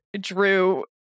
drew